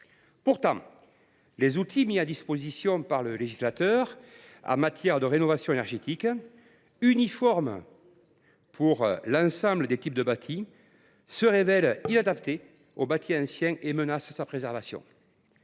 Pourtant, les outils mis à disposition par le législateur en matière de rénovation énergétique sont uniformes pour l’ensemble des types de bâtis et se révèlent donc inadaptés au bâti ancien, au point de menacer sa préservation.